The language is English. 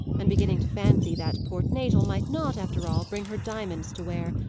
and beginning to fancy that port natal might not, after all, bring her diamonds to wear,